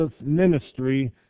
ministry